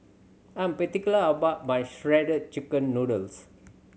I'm particular about my Shredded Chicken Noodles